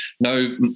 no